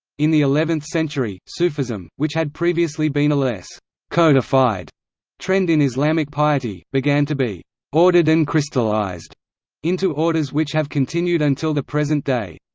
in the eleventh-century, sufism, which had previously been a less codified trend in islamic piety, began to be ordered and crystallized into orders which have continued until the present day.